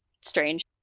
strange